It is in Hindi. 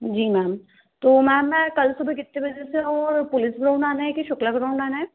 जी मैम तो मैम मैं कल सुबह कितने बजे से आऊँ और पुलिस ग्राउन्ड आना है कि शुक्ला ग्राउन्ड आना है